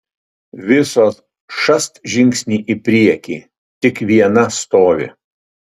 visos šast žingsnį į priekį tik viena stovi